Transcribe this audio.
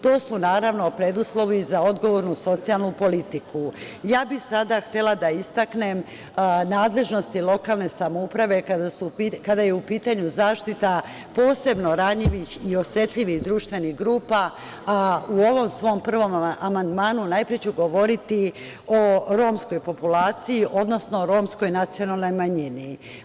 To su naravno preduslovi za odgovornu socijalnu politiku, Ja bih sada htela da istaknem nadležnosti lokalne samouprave kada je u pitanju zaštita posebno ranjivih i osetljivih društvenih grupa, a u ovom svom prvom amandmanu najpre ću govoriti o romskoj populaciji, odnosno o romskoj nacionalnoj manjini.